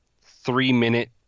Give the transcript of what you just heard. three-minute